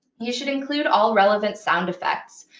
you should include all relevant sound effects,